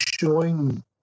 showing